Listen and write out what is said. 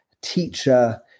teacher